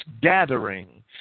gathering